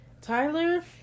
tyler